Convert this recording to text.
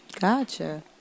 Gotcha